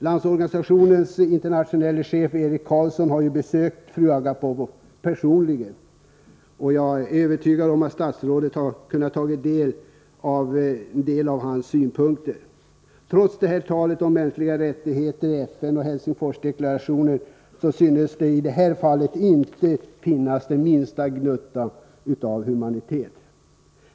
Landsorganisationens internationelle chef Erik Karlsson har personligen besökt fru Agapov, och jag är övertygad om att statsrådet har kunnat ta del av hans synpunkter. Trots talet i FN om mänskliga rättigheter och Helsingforsdeklarationen synes det i det här fallet inte finnas den minsta gnutta humanitet.